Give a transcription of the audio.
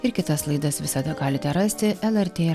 ir kitas laidas visada galite rasti lrt